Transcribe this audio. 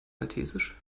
maltesisch